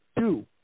Two